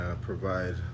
provide